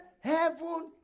heaven